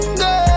girl